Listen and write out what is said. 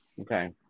Okay